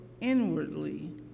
inwardly